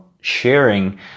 sharing